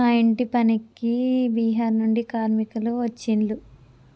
మా ఇంటి పనికి బీహార్ నుండి కార్మికులు వచ్చిన్లు